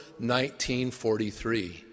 1943